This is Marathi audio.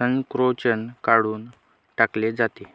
संकोचन काढून टाकले जाते